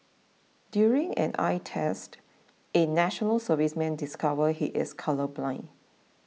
during an eye test a National Serviceman discover he is colourblind